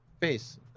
face